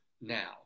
now